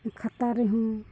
ᱠᱷᱟᱛᱟ ᱨᱮᱦᱚᱸ